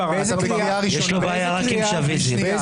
לו בעיה רק עם שביסים.